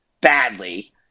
badly